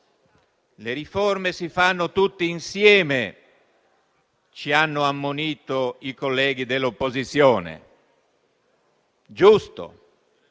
le riforme si fanno tutti insieme, ci hanno ammonito i colleghi dell'opposizione. Giusto: